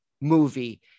movie